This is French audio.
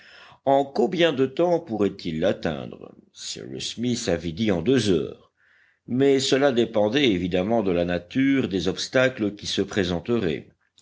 en combien de temps pourraient-ils l'atteindre cyrus smith avait dit en deux heures mais cela dépendait évidemment de la nature des obstacles qui se présenteraient